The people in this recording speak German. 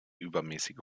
übermäßige